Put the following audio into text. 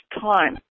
time